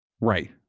Right